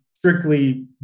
strictly